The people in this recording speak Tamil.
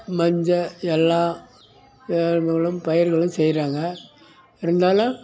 மஞ்ச எல்லாம் பயிர்களும் செய்யறாங்க இருந்தாலும்